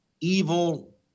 evil